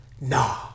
nah